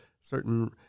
certain